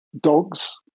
dogs